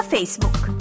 Facebook